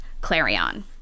Clarion